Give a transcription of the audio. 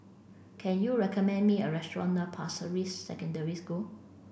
can you recommend me a restaurant near Pasir Ris Secondary School